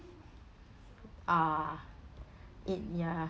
ah it ya